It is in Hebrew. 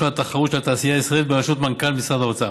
התחרות של התעשייה הישראלית בראשות מנכ"ל משרד האוצר.